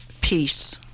Peace